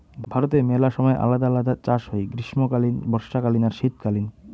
ভারতে মেলা সময় আলদা আলদা চাষ হই গ্রীষ্মকালীন, বর্ষাকালীন আর শীতকালীন